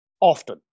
often